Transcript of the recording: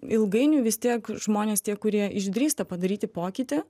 ilgainiui vis tiek žmonės tie kurie išdrįsta padaryti pokytį